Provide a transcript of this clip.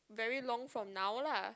very long from now lah